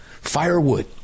Firewood